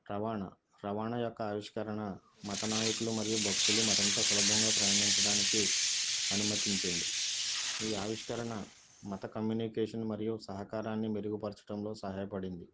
రవాణా రవాణా యొక్క ఆవిష్కరణ మత నాయకులు మరియు భక్తులు మరింత సులభంగా ప్రయాణించడానికి అనుమతించింది ఈ ఆవిష్కరణ మత కమ్యూనికేషన్ మరియు సహకారాన్ని మెరుగుపరచటంలో సహాయపడింది